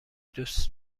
دوست